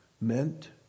meant